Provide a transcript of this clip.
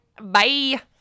Bye